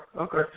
okay